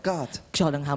God